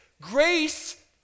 Grace